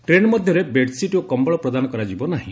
train ମଧ୍ୟରେ bedsheet ଓ କମ୍ଭଳ ପ୍ରଦାନ କରାଯିବ ନାହି